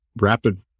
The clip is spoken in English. rapid